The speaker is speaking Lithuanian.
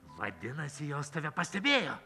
vadinasi jos tave pastebėjo